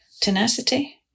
tenacity